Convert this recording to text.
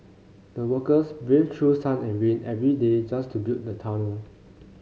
the workers braved through sun and rain every day just to build the tunnel